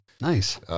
nice